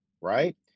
right